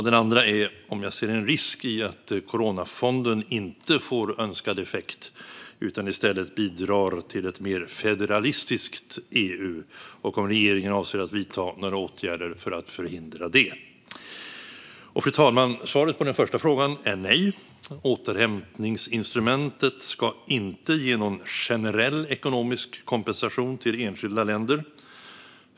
Den andra är om jag ser en risk i att coronafonden inte får önskad effekt utan i stället bidrar till ett mer federalistiskt EU och om regeringen avser att vidta några åtgärder för att förhindra det. Fru talman! Svaret på den första frågan är nej. Återhämtningsinstrumentet ska inte ge någon generell ekonomisk kompensation till enskilda länder.